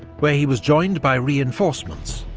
where he was joined by reinforcements,